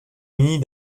munie